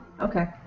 okay